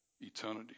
eternity